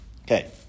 Okay